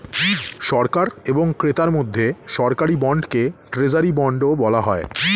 সরকার এবং ক্রেতার মধ্যে সরকারি বন্ডকে ট্রেজারি বন্ডও বলা হয়